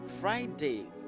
Friday